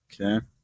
Okay